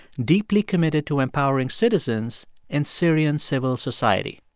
deeply committed to empowering citizens in syrian civil society.